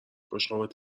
بشقابت